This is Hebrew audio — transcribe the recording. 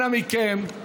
אנא מכם.